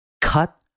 cut